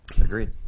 Agreed